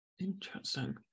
Interesting